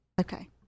Okay